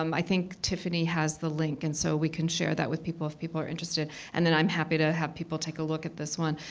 um i think tiffany has the link. and so we can share that with people if people are interested. and then i'm happy to have people take a look at this one.